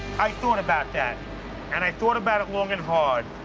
i thought about that and i thought about it long and hard.